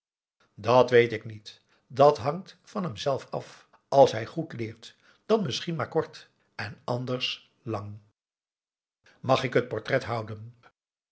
dat weet ik niet dat hangt van hemzelf af als hij goed leert dan misschien maar kort en anders lang mag ik het portret houden